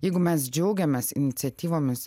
jeigu mes džiaugiamės iniciatyvomis